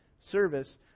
service